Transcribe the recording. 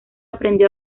aprendió